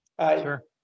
Sure